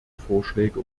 vorschläge